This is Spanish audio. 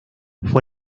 fue